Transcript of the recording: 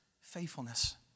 faithfulness